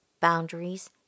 boundaries